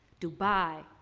dubai,